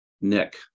Nick